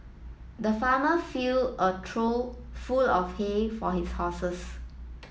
the farmer filled a trough full of hay for his horses